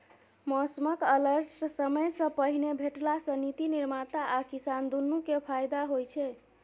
मौसमक अलर्ट समयसँ पहिने भेटला सँ नीति निर्माता आ किसान दुनु केँ फाएदा होइ छै